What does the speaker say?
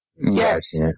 Yes